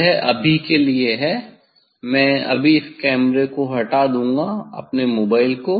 यह अभी के लिए है मैं अभी इस कैमरे को हटा दूंगा अपने मोबाइल को